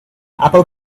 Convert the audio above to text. apple